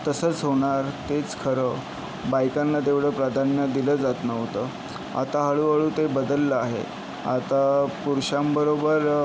तसंच होणार तेच खरं बायकांना तेव्हढं प्राधान्य दिलं जातं नव्हत आता हळूहळू ते बदललं आहे आता पुरुषांबरोबर